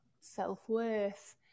self-worth